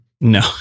no